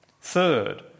Third